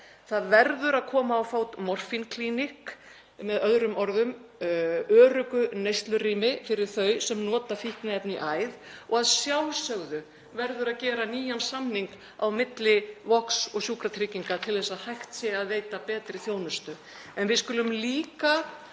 Það verður að koma á fót morfínklíník, með öðrum orðum, öruggu neyslurými fyrir þau sem nota fíkniefni í æð og að sjálfsögðu verður að gera nýjan samning á milli Vogs og Sjúkratrygginga til að hægt sé að veita betri þjónustu.